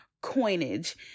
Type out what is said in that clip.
coinage